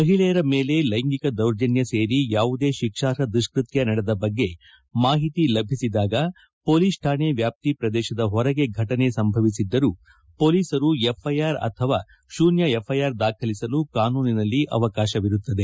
ಮಹಿಳೆಯರ ಮೇಲೆ ಲೈಂಗಿಕ ದೌರ್ಜನ್ವ ಸೇರಿ ಯಾವುದೇ ಶಿಕ್ಷಾರ್ಹ ದುಷ್ಟತ್ತ ನಡೆದ ಬಗ್ಗೆ ಮಾಹಿತಿ ಲಭಿಸಿದಾಗ ಮೊಲೀಸ್ ಕಾಣೆ ವ್ಯಾಪ್ತಿ ಪ್ರದೇಶದ ಹೊರಗೆ ಘಟನೆ ಸಂಭವಿಸಿದ್ದರೂ ಮೊಲೀಸರು ಎಫ್ಐಆರ್ ಅಥವಾ ಶೂನ್ತ ಎಫ್ಐಆರ್ ದಾಖಲಿಸಲು ಕಾನೂನಿನಲ್ಲಿ ಅವಕಾಶವಿರುತ್ತದೆ